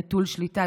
נטול שליטה,